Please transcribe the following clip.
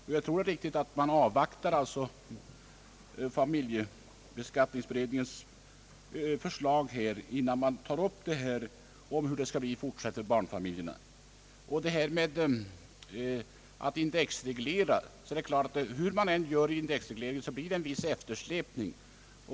Jag tror att det är riktigt att man avvaktar familjebeskattningsberedningens = förslag innan man tar upp frågan om hur det skall bli i fortsättningen för barnfamiljerna. Vad indexregleringen beträffar så är det klart att hur man än gör en indexreglering så blir det en eftersläpning.